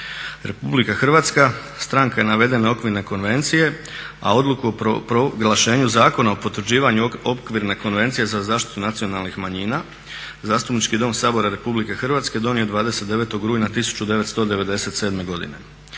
Republika Hrvatska stranka je navedene Okvirne konvencije a odluku o proglašenju Zakona o potvrđivanju Okvirne konvencije za zaštitu nacionalnih manjina Zastupnički dom Sabora Republike Hrvatske donio je 29. rujna 1997. godine.